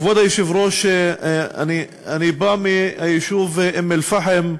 כבוד היושב-ראש, אני בא מהיישוב אום-אלפחם.